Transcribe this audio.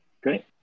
Great